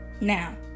Now